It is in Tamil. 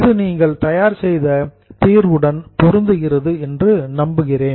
இது நீங்கள் தயார் செய்த தீர்வுடன் பொருந்துகிறது என்று நம்புகிறேன்